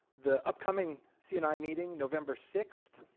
the. upcoming c and i meeting november sixth